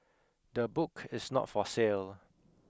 the book is not for sale